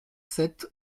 sept